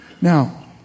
Now